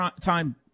time